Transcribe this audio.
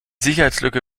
sicherheitslücke